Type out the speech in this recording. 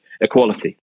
equality